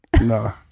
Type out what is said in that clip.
No